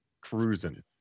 Cruising